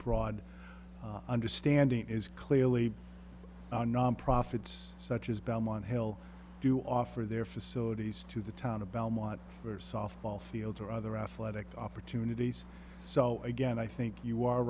broad understanding is clearly non profits such as belmont hill do offer their facilities to the town of belmont or softball fields or other affleck opportunities so again i think you are